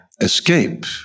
escape